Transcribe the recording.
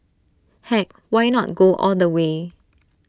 heck why not go all the way